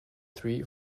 three